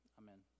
amen